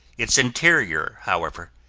its interior, however,